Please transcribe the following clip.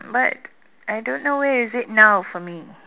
but I don't know where is it now for me